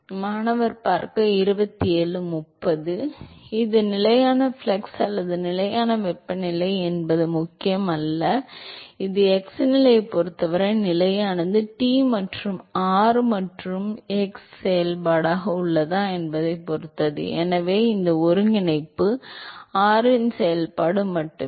மாணவர் இது நிலையான ஃப்ளக்ஸ் அல்லது நிலையான வெப்பநிலை என்பது முக்கியமல்ல இது x நிலையைப் பொறுத்தவரை நிலையானது T என்பது x மற்றும் r இன் செயல்பாடாக உள்ளதா என்பதைப் பொறுத்தது எனவே இந்த ஒருங்கிணைப்பு r இன் செயல்பாடு மட்டுமே